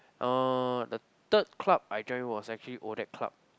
uh the third club I join was actually Odac club